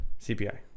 CPI